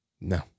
No